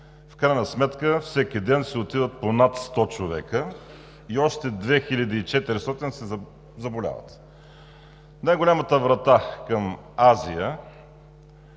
В крайна сметка всеки ден си отиват по над 100 човека и още 2400 заболяват. Най-голямата врата към Азия